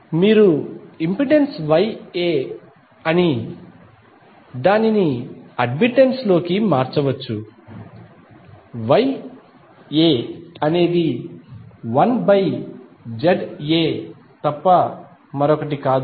మీరు ఇంపెడెన్స్ ను YA అని అడ్మిటెన్స్ లోకి మార్చవచ్చు YA అనేది 1 బై ZA తప్ప మరొకటి కాదు